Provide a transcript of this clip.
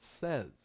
says